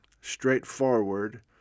straightforward